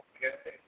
Okay